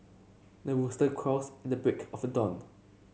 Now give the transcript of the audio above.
the rooster crows and the break of a dawn